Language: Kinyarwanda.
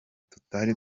tutari